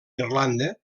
irlanda